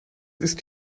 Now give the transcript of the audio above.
ist